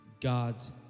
God's